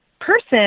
Person